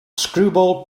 screwball